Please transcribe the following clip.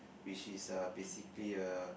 which is err basically a